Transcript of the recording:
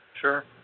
Sure